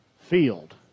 field